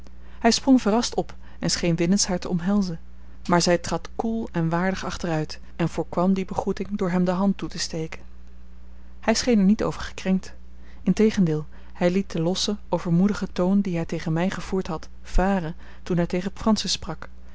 hij sprong verrast op en scheen willens haar te omhelzen maar zij trad koel en waardig achteruit en voorkwam die begroeting door hem de hand toe te steken hij scheen er niet over gekrenkt integendeel hij liet den lossen overmoedigen toon dien hij tegen mij gevoerd had varen toen hij tegen francis sprak